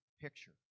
picture